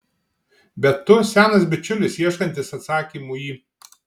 bet tu senas bičiulis ieškantis atsakymų į